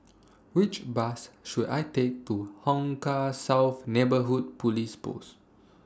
Which Bus should I Take to Hong Kah South Neighbourhood Police Post